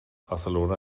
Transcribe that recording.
barcelona